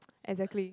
exactly